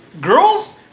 girls